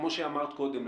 כמו שאמרת קודם,